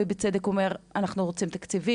בצדק אומר שהם רוצים תקציבים,